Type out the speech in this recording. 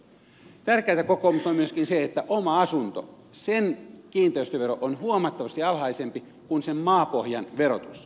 tärkeätä kokoomukselle on myöskin se että oman asunnon kiinteistövero on huomattavasti alhaisempi kuin sen maapohjan verotus